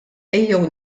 ejjew